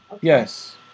Yes